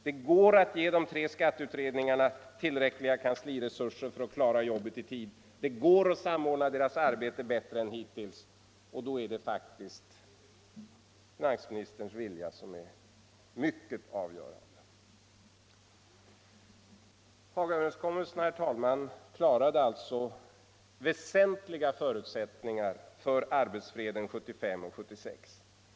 Det går att ge de tre skatteutredningarna tillräckliga kansliresurser för att de skall kunna klara jobbet i tid, det går att samordna deras arbete bättre än hittills, och då är det finansministerns vilja som är mycket avgörande. Hagaöverenskommelsen, herr talman, klarade alltså väsentliga förutsättningar för arbetsfreden 1975 och 1976.